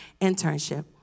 internship